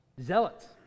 zealots